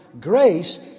grace